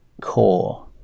core